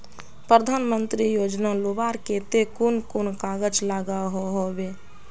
प्रधानमंत्री योजना लुबार केते कुन कुन कागज लागोहो होबे?